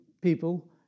people